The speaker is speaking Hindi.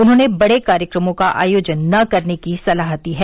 उन्होंने बड़े कार्यक्रमों का आयोजन न करने की सलाह दी है